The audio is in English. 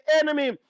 enemy